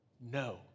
No